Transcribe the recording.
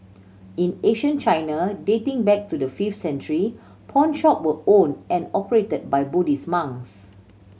in ancient China dating back to the fifth century pawnshop were owned and operated by Buddhist monks